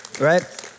right